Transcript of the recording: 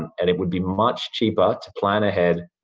and it would be much cheaper to plan ahead,